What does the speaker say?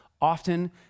often